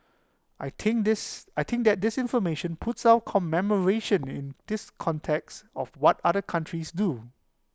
I think this I think that this information puts our commemoration in this context of what other countries do